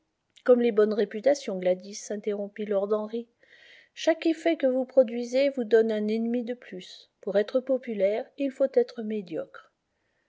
gomme les bonnes réputations gladys interrompit lord henry chaque effet que vous produisez vous donne un ennemi de plus pour être populaire il faut être médiocre